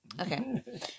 Okay